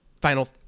Final